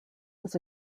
was